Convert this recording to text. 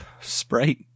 Sprite